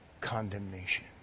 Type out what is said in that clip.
condemnation